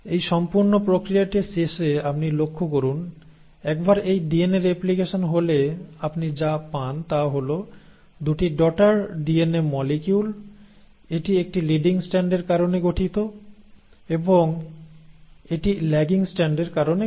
এই সম্পূর্ণ প্রক্রিয়াটির শেষে আপনি লক্ষ্য করুন একবার এই ডিএনএ রেপ্লিকেশন হলে আপনি যা পান তা হল 2 টি ডটার ডিএনএ মলিকিউল এটি একটি লিডিং স্ট্র্যান্ডের কারণে গঠিত এবং এটি ল্যাগিং স্ট্র্যান্ডের কারণে গঠিত